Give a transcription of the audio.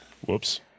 whoops